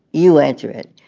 you answer it.